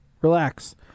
Relax